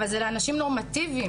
אבל זה לאנשים נורמטיביים,